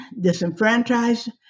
disenfranchised